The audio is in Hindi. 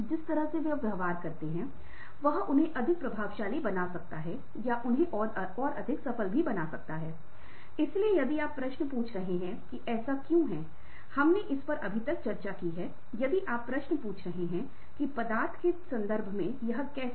यदि व्यक्ति के पास प्रेरणा है तो वह कर सकता है लेकिन उसी समय जब आप किसी संगठन में काम कर रहे हों यदि आपसे शुल्क लिया जाता है या आप प्रेरित होते हैं तो आपको दूसरों को भी उनके साथ जाने के लिए प्रेरित करना होगा